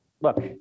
Look